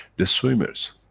the swimmers.